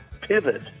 pivot